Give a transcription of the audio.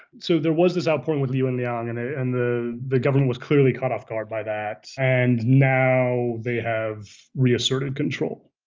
so there was this outpouring with you and young and and the the government was clearly caught off guard by that. and now they have reasserted control